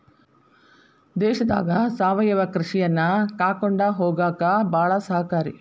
ದೇಶದಾಗ ಸಾವಯವ ಕೃಷಿಯನ್ನಾ ಕಾಕೊಂಡ ಹೊಗಾಕ ಬಾಳ ಸಹಕಾರಿ